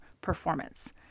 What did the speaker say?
performance